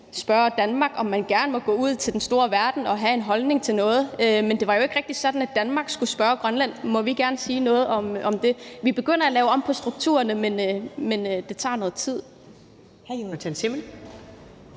spørge Danmark, om man gerne må gå ud i den store verden og have en holdning til noget, mens det jo ikke rigtig har været sådan, at Danmark har skullet spørge Grønland: Må vi gerne sige noget om det? Vi begynder at lave om på strukturerne, men det tager noget tid.